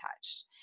touched